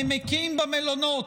נמקים במלונות?